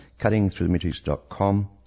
cuttingthroughthematrix.com